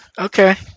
okay